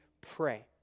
pray